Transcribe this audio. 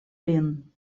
lin